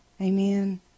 Amen